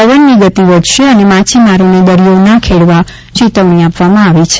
પવનની ગતિ વધશે અને માછીમારોને દરિયો ના ખેડવા ચેતવણી આપવામાં આવી છે